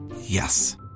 Yes